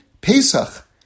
Pesach